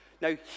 Now